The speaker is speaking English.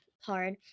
hard